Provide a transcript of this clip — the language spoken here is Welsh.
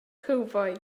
cowbois